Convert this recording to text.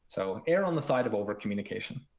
so err on the side of over-communication